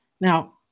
Now